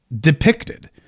depicted